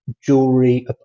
jewelry